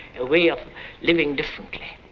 a way of living differently.